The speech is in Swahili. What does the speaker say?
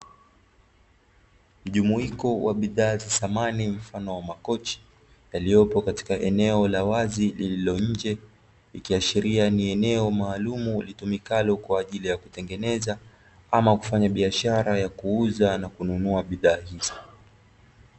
Mjumuiko wa bidhaa za samani mfano wa makochi, yaliyopo katika eneo la wazi lililo nje, ikiashiria ni eneo maalum litumikalo kwa ajili ya kutengeneza ama kufanya biashara ya kuuza na kununua bidhaa hizo.